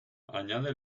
añade